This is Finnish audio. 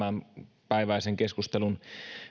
tämänpäiväisen keskustelun